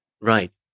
Right